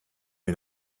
wir